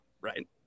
right